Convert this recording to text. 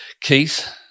Keith